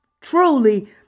Truly